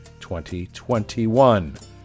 2021